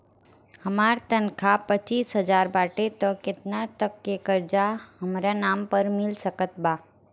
हमार तनख़ाह पच्चिस हज़ार बाटे त केतना तक के कर्जा हमरा नाम पर मिल सकत बा?